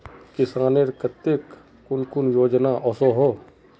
किसानेर केते कुन कुन योजना ओसोहो?